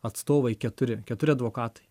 atstovai keturi keturi advokatai